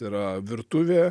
yra virtuvė